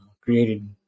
created